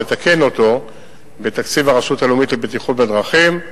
לתקן אותו בתקציב הרשות הלאומית לבטיחות בדרכים.